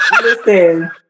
Listen